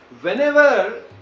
Whenever